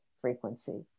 frequency